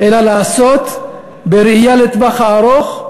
אלא לעשות בראייה לטווח הארוך,